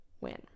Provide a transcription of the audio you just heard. win